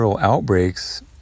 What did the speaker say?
outbreaks